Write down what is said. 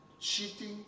Cheating